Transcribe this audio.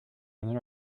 been